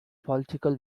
political